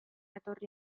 etorri